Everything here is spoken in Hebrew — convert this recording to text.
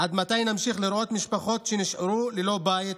עד מתי נמשיך לראות משפחות שנשארו ללא בית,